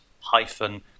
hyphen